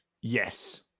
Yes